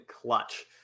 clutch